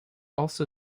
also